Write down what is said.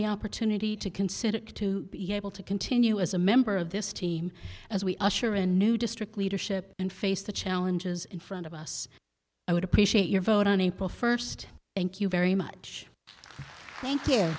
the opportunity to consider to be able to continue as a member of this team as we usher a new district leadership and face the challenges in front of us i would appreciate your vote on april first thank you very much